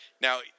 Now